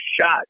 shot